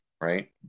right